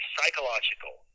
Psychological